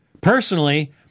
Personally